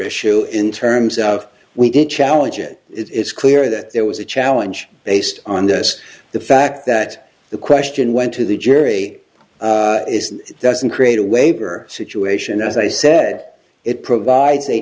issue in terms of we didn't challenge it it's clear that there was a challenge based on the us the fact that the question went to the jury isn't doesn't create a waiver situation as i said it provides